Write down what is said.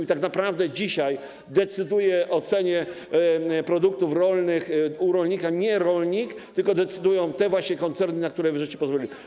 I tak naprawdę dzisiaj decyduje o cenie produktów rolnych u rolnika nie rolnik, tylko decydują właśnie te koncerny, na które wy pozwoliliście.